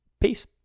Peace